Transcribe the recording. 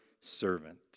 servant